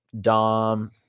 Dom